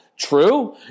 True